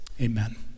Amen